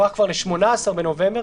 והוארך כבר ל-18 בנובמבר,